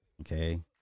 Okay